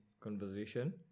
conversation